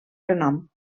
renom